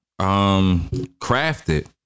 Crafted